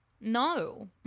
no